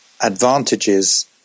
advantages